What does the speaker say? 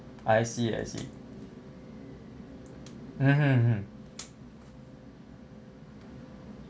I see I see mmhmm hmm